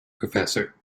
professor